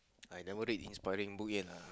I never read inspiring book yet ah